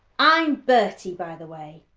i'm bertie by the way.